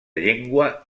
llengua